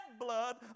blood